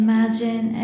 Imagine